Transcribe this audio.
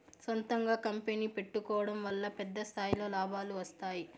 సొంతంగా కంపెనీ పెట్టుకోడం వల్ల పెద్ద స్థాయిలో లాభాలు వస్తాయి